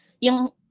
yung